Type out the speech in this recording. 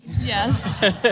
Yes